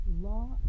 Law